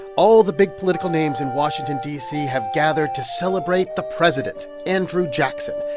all the big political names in washington, d c, have gathered to celebrate the president, andrew jackson.